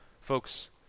Folks